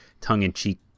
tongue-in-cheek